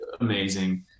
amazing